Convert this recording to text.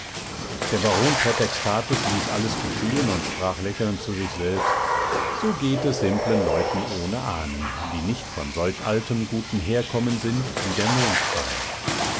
der baron prätextatus ließ alles geschehen und sprach lächelnd zu sich selbst so geht es simplen leuten ohne ahnen die nicht von solch altem guten herkommen sind wie der mondschein